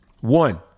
One